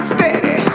Steady